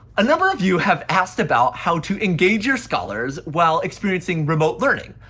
a number of you have asked about how to engage your scholars while experiencing remote learning.